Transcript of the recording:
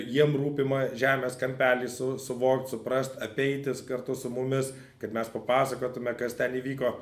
jiem rūpimą žemės kampelį su suvokt suprast apeiti kartu su mumis kad mes papasakotume kas ten įvyko